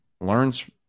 learns